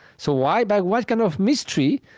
so why, by what kind of mystery,